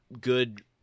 good